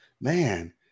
man